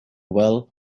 well